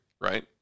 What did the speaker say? right